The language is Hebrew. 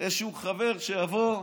איזשהו חבר שיבוא,